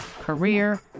career